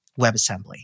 WebAssembly